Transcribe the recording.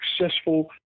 successful